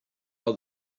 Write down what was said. are